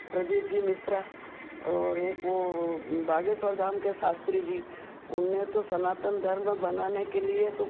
प्रदीप जी मिश्रा और एक वो वो बागेश्वर धाम के शास्त्री जी उनने तो सनातन धर्म बनाने के लिए तो